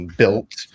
built